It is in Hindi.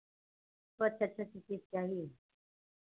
बहुत अच्छा अच्छा चीज़ चाहिए